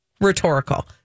Rhetorical